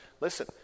listen